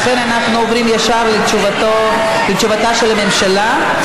לכן אנחנו עוברים ישר לתשובתה של הממשלה.